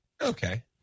Okay